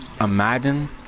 Imagine